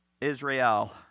Israel